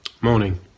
Morning